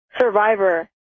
Survivor